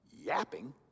yapping